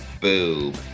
boob